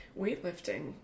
weightlifting